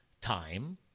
time